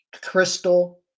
Crystal